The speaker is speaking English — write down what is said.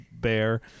bear